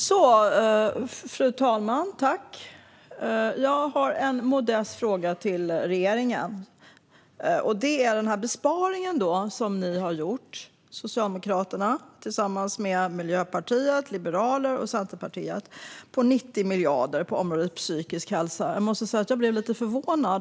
Fru talman! Jag har en modest fråga till regeringsföreträdaren om den besparing på 90 miljoner som ni socialdemokrater har gjort tillsammans med Miljöpartiet, Liberalerna och Centerpartiet på området psykisk hälsa. Jag måste säga att jag blev lite förvånad.